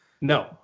No